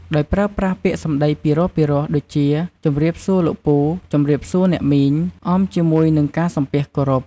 ដោយប្រើប្រាស់ពាក្យសម្ដីពីរោះៗ ដូចជា ជម្រាបសួរលោកពូ ជម្រាបសួរអ្នកមីង អមជាមួយនឹងការសំពះគោរព។